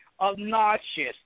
obnoxious